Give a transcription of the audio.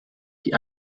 die